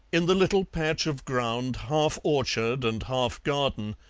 in the little patch of ground, half-orchard and half-garden,